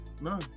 No